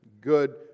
good